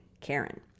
Karen